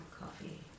coffee